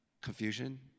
Confusion